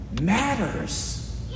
matters